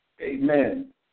Amen